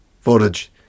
footage